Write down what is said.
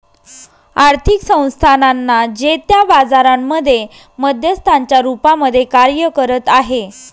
आर्थिक संस्थानांना जे त्या बाजारांमध्ये मध्यस्थांच्या रूपामध्ये कार्य करत आहे